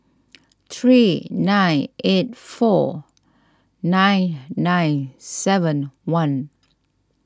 three nine eight four nine nine seven one